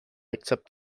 accept